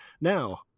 Now